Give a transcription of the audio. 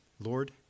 Lord